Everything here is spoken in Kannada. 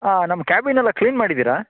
ನಮ್ಮ ಕ್ಯಾಬಿನ್ ಎಲ್ಲ ಕ್ಲೀನ್ ಮಾಡಿದ್ದೀರಾ